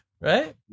Right